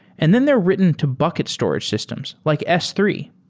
and then they're written to bucket storage systems, like s three.